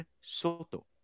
Soto